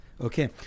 Okay